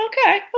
okay